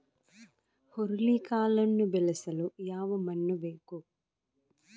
ಹುರುಳಿಕಾಳನ್ನು ಬೆಳೆಸಲು ಯಾವ ಮಣ್ಣು ಬೇಕು?